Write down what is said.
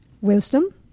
wisdom